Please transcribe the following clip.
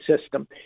system